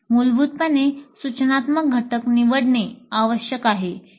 मूलभूतपणे सूचनात्मक घटक निवडणे आवश्यक आहे